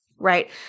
right